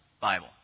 Bible